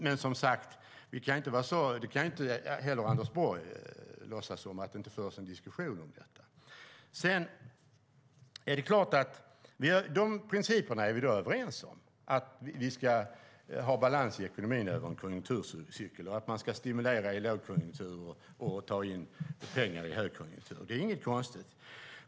Men inte heller Anders Borg kan låtsas som om det inte förs en diskussion om detta. Vi är överens om principerna: Vi ska ha balans i ekonomin över en konjunkturcykel, och man ska stimulera i lågkonjunktur och ta in pengar i högkonjunktur. Det är inget konstigt.